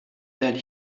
that